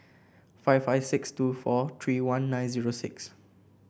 five five six two four three one nine zero six